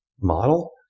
model